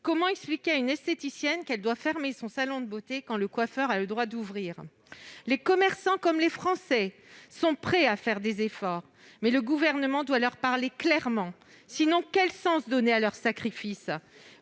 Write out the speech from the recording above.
Comment expliquer à une esthéticienne qu'elle doit fermer son salon de beauté quand un coiffeur a le droit d'ouvrir ? Les commerçants, comme les Français, sont prêts à faire des efforts. Mais le Gouvernement doit leur parler clairement, sinon quel sens donner à leur sacrifice ?